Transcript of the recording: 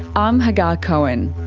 i'm hagar cohen